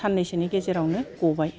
साननैसोनि गेजेरावनो ग'बाय